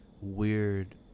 weird